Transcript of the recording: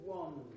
one